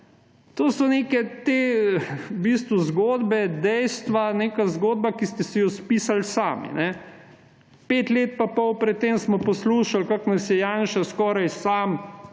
To so zgodbe, dejstva, neka zgodba, ki ste si jo spisali sami. Pet let pa pol pred tem smo poslušali, kako nas je Janša skoraj sam −